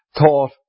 thought